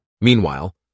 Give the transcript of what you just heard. Meanwhile